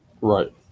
Right